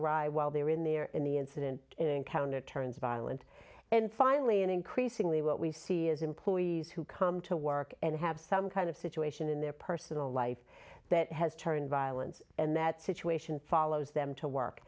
awry while they're in there in the incident encounter turns violent and finally in increasingly what we see as employees who come to work and have some kind of situation in their personal life that has turned violence and that situation follows them to work